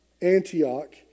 Antioch